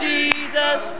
Jesus